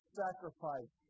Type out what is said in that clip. sacrifice